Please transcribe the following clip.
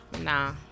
nah